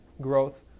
growth